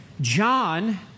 John